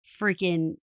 freaking